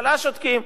ובממשלה שותקים.